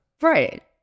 Right